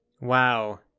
Wow